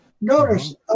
Notice